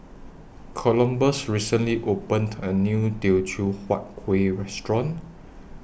Columbus recently opened A New Teochew Huat Kuih Restaurant